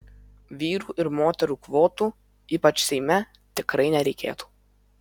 vyrų ir moterų kvotų ypač seime tikrai nereikėtų